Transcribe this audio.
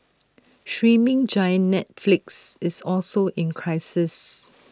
streaming giant Netflix is also in crisis